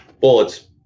bullets